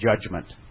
Judgment